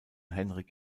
henrik